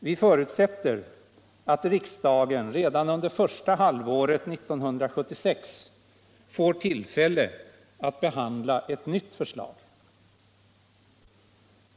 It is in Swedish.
Vi förutsätter att riksdagen redan under första halvåret 1976 får tillfälle att behandla ett nytt förslag.